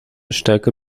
stärker